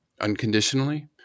unconditionally